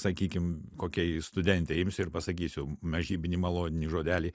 sakykim kokiai studentei imsiu ir pasakysiu mažybinį maloninį žodelį